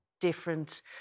different